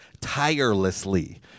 tirelessly